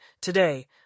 today